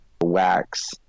wax